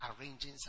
arranging